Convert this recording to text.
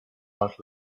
about